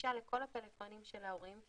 גישה לכל הפלאפונים של ההורים,